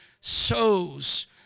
sows